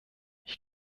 ich